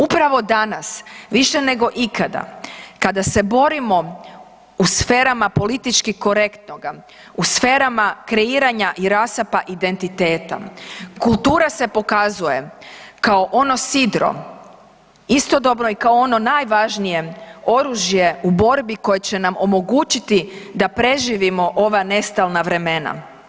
Upravo danas više nego ikada kada se borimo u sferama politički korektnoga, u sferama kreiranja i rasapa identiteta, kultura se pokazuje kao ono sidro istodobno i kao ono najvažnije oružje u borbi koja će nam omogućiti da preživimo ova nestalna vremena.